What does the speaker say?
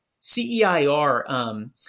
CEIR